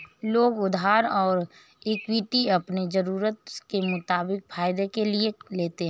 लोग उधार और इक्विटी अपनी ज़रूरत के मुताबिक फायदे के लिए लेते है